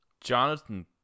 Jonathan